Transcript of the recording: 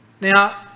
Now